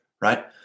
right